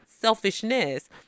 selfishness